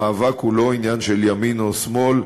המאבק הוא לא עניין של ימין או שמאל,